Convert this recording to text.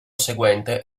seguente